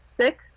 six